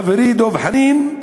חברי דב חנין,